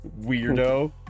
weirdo